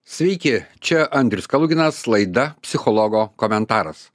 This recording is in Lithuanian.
sveiki čia andrius kaluginas laida psichologo komentaras